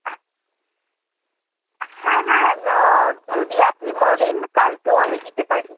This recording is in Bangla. হ্যাঁ হ্যাঁ যদি আপনি বলেন কালকেও আমি দিতে পারি